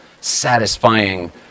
satisfying